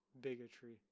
Bigotry